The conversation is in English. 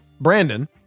Brandon